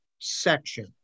section